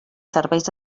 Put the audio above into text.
serveis